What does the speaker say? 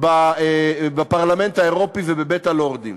בפרלמנט האירופי ובבית-הלורדים.